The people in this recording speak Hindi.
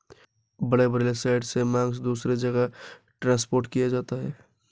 बड़े बड़े सलयार्ड से मांस दूसरे जगह ट्रांसपोर्ट किया जाता है